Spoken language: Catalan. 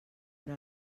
per